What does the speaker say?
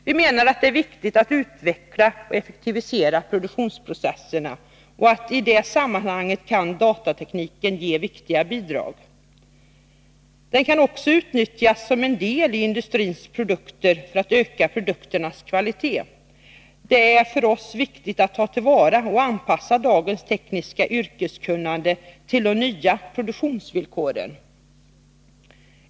Vi menar att det är viktigt att utveckla och effektivisera produktionsprocesserna, och i det sammanhanget kan datatekniken ge viktiga bidrag. Den kan också utnyttjas som en del i industrins produkter för att öka produkternas kvalitet. Det är för oss viktigt att ta till vara och anpassa dagens tekniska yrkeskunnande till de nya produktionsvillkoren.